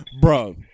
Bro